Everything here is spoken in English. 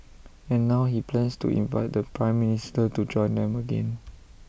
and now he plans to invite the Prime Minister to join them again